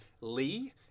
Lee